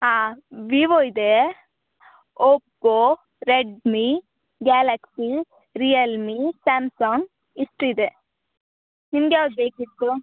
ಹಾಂ ವೀವೋ ಇದೆ Oppo Redmi Galaxy Realme Samsung ಇಷ್ಟು ಇದೆ ನಿಮ್ಗೆ ಯಾವ್ದು ಬೇಕಿತ್ತು